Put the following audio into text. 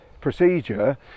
procedure